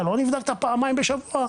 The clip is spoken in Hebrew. אתה לא נבדקת פעמיים בשבוע.